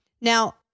Now